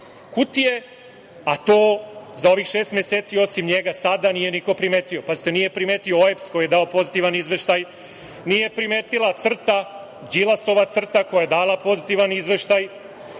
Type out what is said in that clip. kutije, a to za ovih šest meseci osim njega sada nije niko primetio. Pazite, nije primetio OEBS koji je dao pozitivan izveštaj, nije primetila CRTA, Đilasova CRTA koja je dala pozitivan izveštaj.